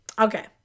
Okay